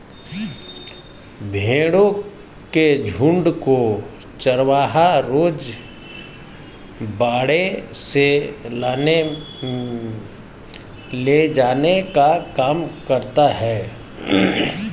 भेंड़ों के झुण्ड को चरवाहा रोज बाड़े से लाने ले जाने का काम करता है